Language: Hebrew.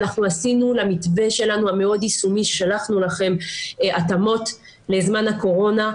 אנחנו עשינו למתווה שלנו המאוד יישומי ששלחנו לכם התאמות לזמן הקורונה,